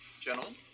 gentlemen